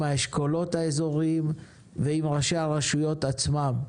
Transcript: האשכולות האזוריים ועם ראשי הרשויות עצמם.